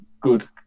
good